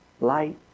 light